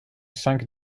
cinq